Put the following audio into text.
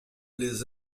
les